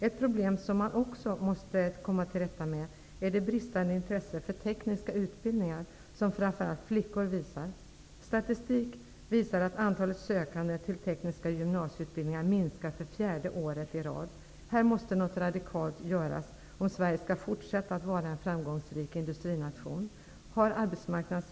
Ett problem som man också måste komma till rätta med är det bristande intresse för tekniska utbildningar som framför allt flickor visar. Något radikalt måste göras om Sverige skall fortsätta att vara en framgångsrik industrination.